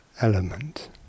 element